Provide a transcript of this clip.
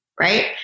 right